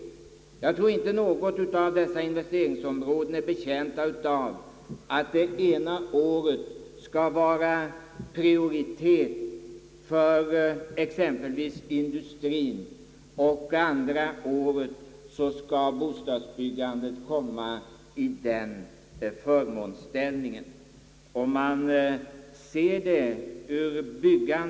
Jag tror inte att någotdera av dessa investeringsområden är betjänt av att exempelvis industrien skall ha prioritet det ena året och bostadsbyggandet komma i motsvarande förmånsställning det andra året.